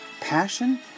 passion